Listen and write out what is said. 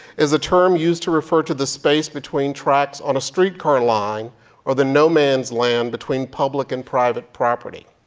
is a term used to refer to the space between tracks on a streetcar line or the no man's land between public and private property.